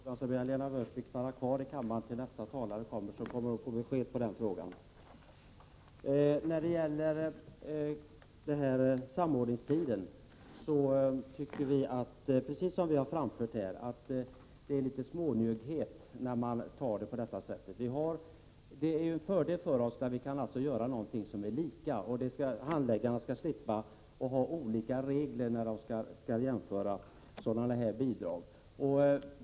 Herr talman! Som svar på den sista frågan vill jag be Lena Öhrsvik stanna kvar i kammaren till nästa ärende. Då kommer hon att få besked på den punkten. När det gäller samordningstiden tycker vi — som vi har framfört — att det är smånjugghet att ta det på det sätt som man gör. Det är en fördel för oss att kunna tillämpa samma regler här som tidigare; handläggarna skall slippa att tillämpa olika regler när de skall jämföra olika vårdbidrag.